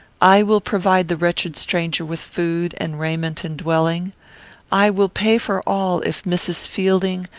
i will provide the wretched stranger with food and raiment and dwelling i will pay for all, if mrs. fielding,